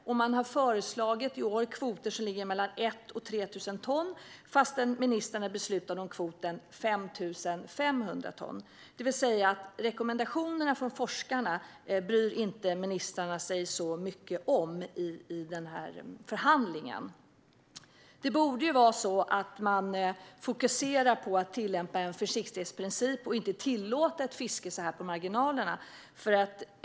Man har i år föreslagit kvoter som ligger på 1 000-3 000 ton fastän ministrarna beslutade om kvoten 5 500 ton. Rekommendationerna från forskarna bryr sig ministrarna inte så mycket om i förhandlingen. Det borde vara så att man fokuserar på att tillämpa en försiktighetsprincip och att inte tillåta ett fiske på marginalerna.